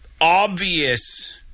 obvious